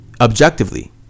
Objectively